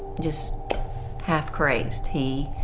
just half crazed. he